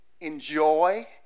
enjoy